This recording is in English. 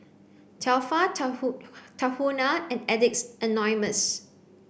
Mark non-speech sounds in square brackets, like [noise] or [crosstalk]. Tefal [unintelligible] Tahuna and Addicts Anonymous